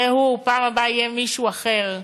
יהיה הוא, בפעם הבאה יהיה מישהו אחר.